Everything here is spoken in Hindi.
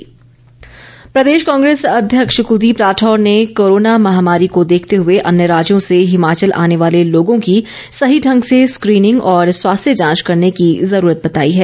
कुलदीप राठौर प्रदेश कांग्रेस अध्यक्ष कुलदीप राठौर ने कोरोना महामारी को देखते हुए अन्य राज्यों से हिमाचल आने वाले लोगों की सही ढंग से स्क्रीनिंग और स्वास्थ्य जांच करने की जरूरत बताई है